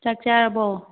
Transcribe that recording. ꯆꯥꯛ ꯆꯥꯔꯕꯣ